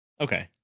Okay